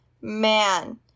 man